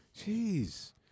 Jeez